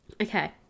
Okay